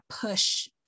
push